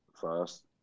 first